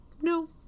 No